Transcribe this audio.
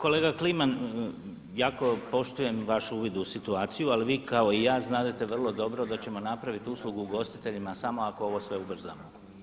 Kolega Kliman, jako poštujem vaš uvid u situaciju ali vi kao i ja znadete vrlo dobro da ćemo napraviti uslugu ugostiteljima samo ako ovo sve ubrzamo.